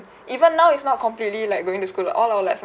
even now it's not completely like going to school like all our lessons